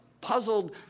puzzled